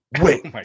wait